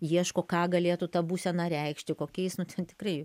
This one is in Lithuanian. ieško ką galėtų ta būsena reikšti kokiais nu ten tikrai